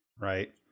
right